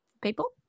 people